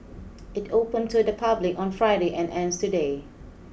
it opened to the public on Friday and ends today